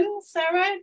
sarah